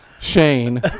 Shane